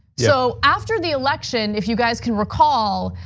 so after the election, if you guys can recall,